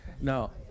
No